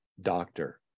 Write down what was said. doctor